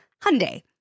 Hyundai